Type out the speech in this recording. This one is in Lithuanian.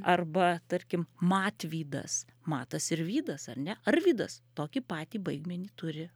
arba tarkim matvydas matas ir vydas ar ne arvydas tokį patį baigmenį turi